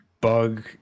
bug